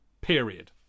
period